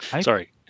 Sorry